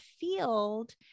field